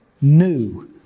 new